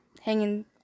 hanging